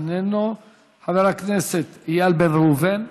חבר הכנסת איל בן ראובן ישנו,